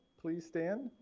please stand.